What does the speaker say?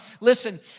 Listen